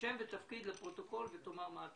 שמלווים את